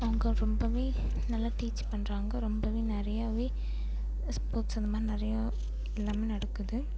அவங்க ரொம்பவே நல்லா டீச் பண்ணுறாங்க ரொம்பவே நிறையாவே ஸ்போர்ட்ஸ் அந்தமாதிரி நிறையா எல்லாம் நடக்குது